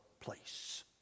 place